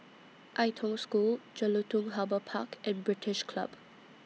Ai Tong School Jelutung Harbour Park and British Club